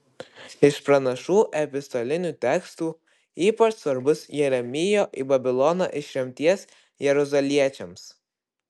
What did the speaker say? iš pranašų epistolinių tekstų ypač svarbus jeremijo į babiloną ištremtiems jeruzaliečiams